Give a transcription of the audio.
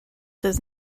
does